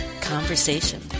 conversation